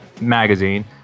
Magazine